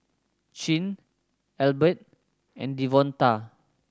Chin Albert and Devonta